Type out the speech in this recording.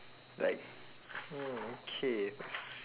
like hmm okay s~